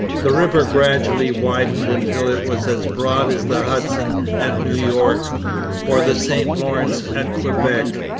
the river gradually widened until it was as broad as the hudson at new york or the st lawrence at quebec.